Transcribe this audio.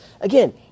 Again